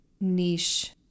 niche